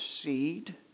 seed